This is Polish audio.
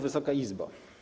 Wysoka Izbo!